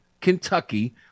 Kentucky